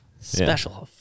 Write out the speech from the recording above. Special